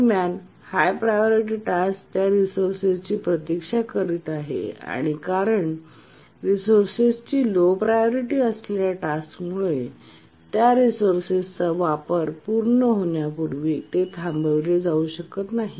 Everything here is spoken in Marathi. दरम्यान हाय प्रायोरिटी टास्क त्या रिसोर्सेसची प्रतीक्षा करीत आहे आणि कारण रिसोर्सेसची लो प्रायोरिटी असलेल्या टास्कमुळे त्या रिसोर्सेसचा वापर पूर्ण होण्यापूर्वी ते थांबविले जाऊ शकत नाही